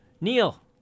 Neil